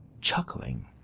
chuckling